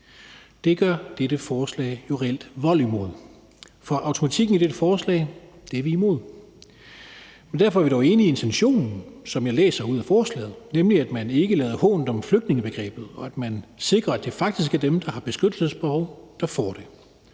Det gør dette forslag jo reelt vold mod. Automatikken i dette forslag er vi imod, men vi er dog enige i intentionen, som jeg læser ud af forslaget, nemlig at man ikke lader hånt om flygtningebegrebet, og at man sikrer, at det faktisk er dem, der har beskyttelsesbehov, der får